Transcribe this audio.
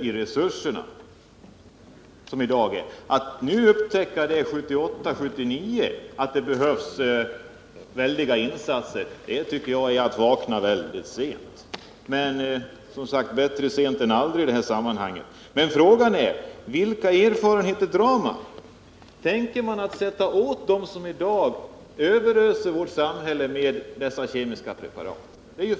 Om man först 1978/79 upptäcker att det behövs väldiga insatser på detta område, tycker jag att man har vaknat mycket sent — men det är bättre att vakna sent än att inte vakna alls på detta område. Frågan är dock vilka slutsatser man drar. Tänker man sätta åt dem som i dag överöser vårt samhälle med kemiska preparat? Det finns